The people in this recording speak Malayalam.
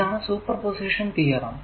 ഇതാണ് സൂപ്പർ പൊസിഷൻ തിയറം